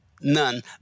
None